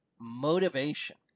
motivation